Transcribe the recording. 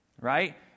right